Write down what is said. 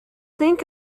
think